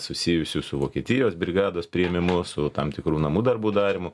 susijusių su vokietijos brigados priėmimu su tam tikrų namų darbų darymu